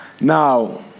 Now